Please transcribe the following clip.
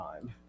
time